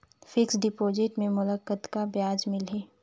Fixed deposit मे मोला कतका ब्याज मिलही?